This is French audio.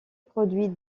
produit